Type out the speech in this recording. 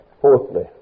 fourthly